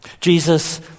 Jesus